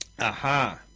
Aha